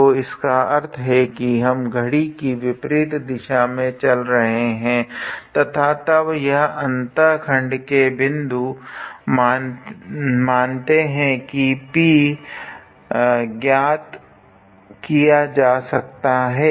तो इसका अर्थ है की हम घडी की विपरीत दिशा में चल रहे है तथा तब यह अन्तःखंड के बिन्दु मानते है की P ज्ञात इया जा सकता है